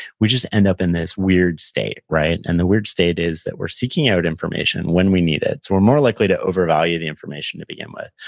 we just end up in this weird state, and the weird state is that we're seeking out information when we need it, so we're more likely to overvalue the information to begin with,